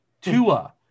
Tua